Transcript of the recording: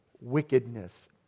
wickedness